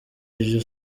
iryo